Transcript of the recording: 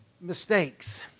mistakes